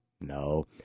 No